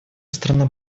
страна